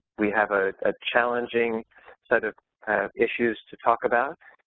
we have a ah challenging set of issues to talk about.